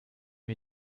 wir